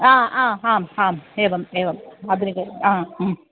हा हा हा आम् एवम् एवम् आधुनिकम् एव हा हा